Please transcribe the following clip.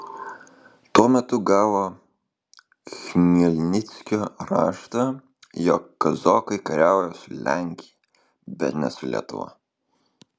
tuo metu gavo chmelnickio raštą jog kazokai kariauja su lenkija bet ne su lietuva